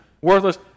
worthless